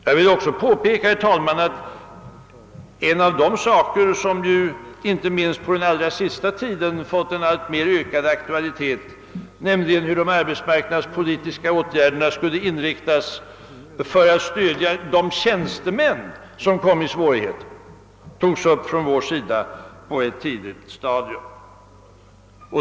Jag vill också påpeka, herr talman, att en av de frågor som inte minst på allra senaste tiden fått alltmer ökad aktualitet, nämligen hur de arbetsmarknadspolitiska åtgärderna skulle inriktas för att stödja de tjänstemän som kommer i svårigheter, togs upp från vår sida på ett tidigt stadium.